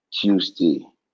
Tuesday